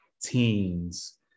teens